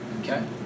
okay